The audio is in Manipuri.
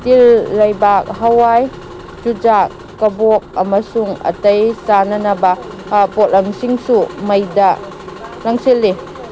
ꯇꯤꯜ ꯂꯩꯕꯥꯛ ꯍꯋꯥꯏ ꯆꯨꯖꯥꯛ ꯀꯕꯣꯛ ꯑꯃꯁꯨꯡ ꯑꯇꯩ ꯆꯥꯅꯅꯕ ꯄꯣꯠꯂꯝꯁꯤꯡꯁꯨ ꯃꯩꯗ ꯂꯪꯁꯤꯜꯂꯤ